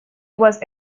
was